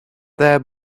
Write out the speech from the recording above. there